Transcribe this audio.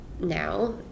now